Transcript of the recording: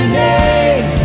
name